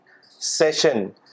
session